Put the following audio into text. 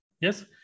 Yes